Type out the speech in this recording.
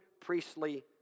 priestly